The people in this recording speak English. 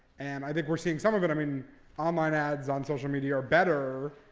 and i think we're seeing some of it. i mean online ads on social media are better,